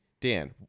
Dan